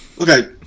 Okay